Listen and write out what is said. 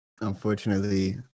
Unfortunately